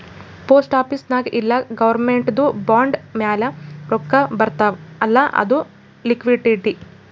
post office ನಾಗ್ ಇಲ್ಲ ಗೌರ್ಮೆಂಟ್ದು ಬಾಂಡ್ ಮ್ಯಾಲ ರೊಕ್ಕಾ ಬರ್ತಾವ್ ಅಲ್ಲ ಅದು ಲಿಕ್ವಿಡಿಟಿ